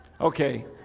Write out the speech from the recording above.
Okay